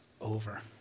over